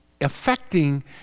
affecting